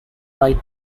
write